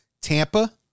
Tampa